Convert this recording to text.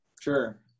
Sure